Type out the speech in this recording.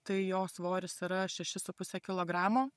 tai jo svoris yra šeši su puse kilogramo